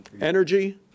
Energy